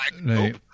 nope